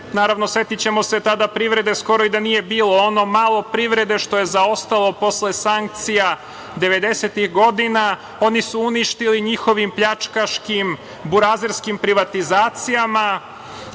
privrede, setićemo se da tada privrede skoro i da nije bilo, ono malo privrede što je zaostalo posle sankcija 90-ih godina oni su uništili njihovim pljačkaškim, burazerskim privatizacijama. Prave